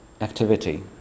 activity